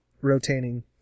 rotating